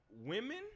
Women